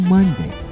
Monday